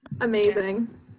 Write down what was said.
Amazing